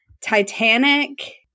Titanic